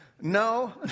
No